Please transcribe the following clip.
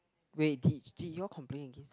wait did did you all complain against